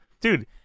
dude